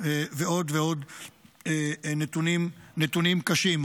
ועוד ועוד נתונים קשים.